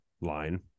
line